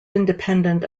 independent